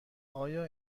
آیا